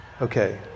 Okay